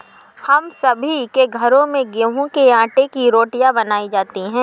हम सभी के घरों में गेहूं के आटे की रोटियां बनाई जाती हैं